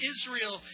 Israel